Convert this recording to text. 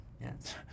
Yes